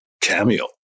cameo